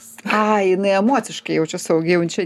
ai jinai emociškai jaučias saugi jau čia